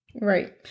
Right